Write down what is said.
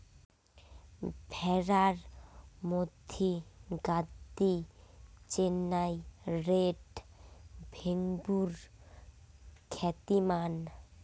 ভ্যাড়াত মধ্যি গাদ্দি, চেন্নাই রেড, ভেম্বুর খ্যাতিমান